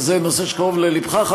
וזה נושא שקרוב לליבך,